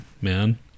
man